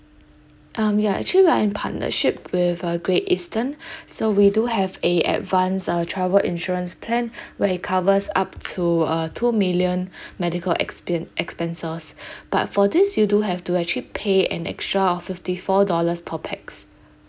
um ya actually we're in partnership with uh great eastern so we do have a advance uh travel insurance plan where it covers up to uh two million medical expien~ expenses but for this you do have to actually pay an extra of fifty four dollars per pax